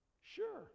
Sure